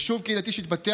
יישוב קהילתי שהתפתח